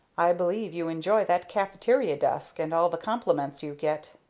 i believe you enjoy that caffeteria desk, and all the compliments you get.